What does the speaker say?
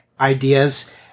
ideas